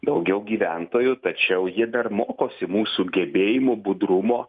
daugiau gyventojų tačiau ji dar mokosi mūsų gebėjimų budrumo